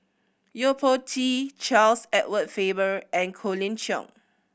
Yo Po Tee Charles Edward Faber and Colin Cheong